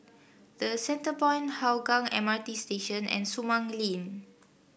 The Centrepoint Hougang M R T Station and Sumang Link